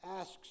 asks